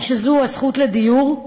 הזכות לדיור,